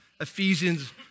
Ephesians